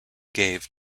gave